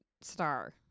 star